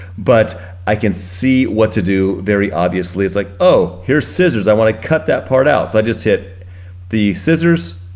but i can see what to do very obviously. it's like, oh, here's scissors, i wanna cut that part out. so i just hit the scissors,